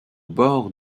bord